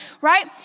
right